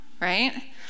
right